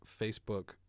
Facebook